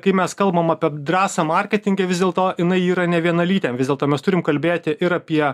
kai mes kalbam apie drąsą marketinge vis dėlto jinai yra nevienalytė vis dėlto mes turim kalbėti ir apie